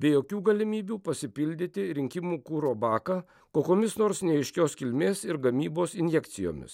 be jokių galimybių pasipildyti rinkimų kuro baką kokomis nors neaiškios kilmės ir gamybos injekcijomis